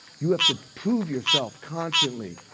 you have to prove yourself constantly,